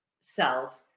cells